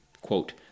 quote